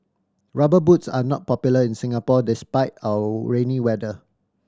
Rubber Boots are not popular in Singapore despite our rainy weather